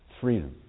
freedom